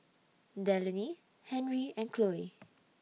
Delaney Henri and Khloe